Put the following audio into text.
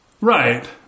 Right